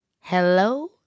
Hello